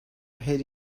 her